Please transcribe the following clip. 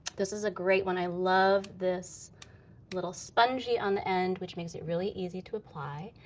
this is a great one. i love this little sponge-y on the end, which makes it really easy to apply.